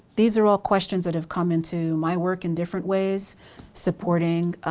these are all questions that have come into my work in different ways supporting